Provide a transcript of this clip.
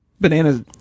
Bananas